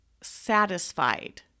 satisfied